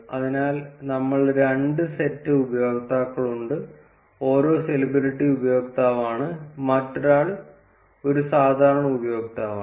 അതിനാൽ നമ്മൾക്ക് രണ്ട് സെറ്റ് ഉപയോക്താക്കളുണ്ട് ഒരാൾ സെലിബ്രിറ്റി ഉപയോക്താവാണ് മറ്റൊരാൾ ഒരു സാധാരണ ഉപയോക്താവാണ്